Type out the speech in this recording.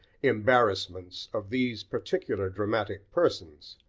embarrassments, of these particular dramatic persons.